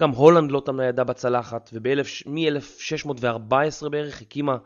גם הולנד לא טמנה ידה בצלחת, ובאלף ש מאלף שש מאות וארבע עשרה בערך הקימה